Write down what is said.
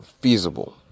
feasible